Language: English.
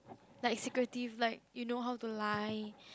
like secretive like you know how to lie